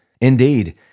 Indeed